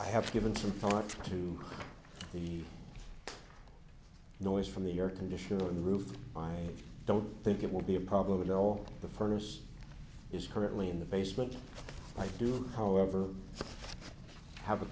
i have given some thought to the noise from the air conditioner on the roof i don't think it will be a problem at all the furnace is currently in the basement i do however h